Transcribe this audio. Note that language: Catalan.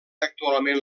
actualment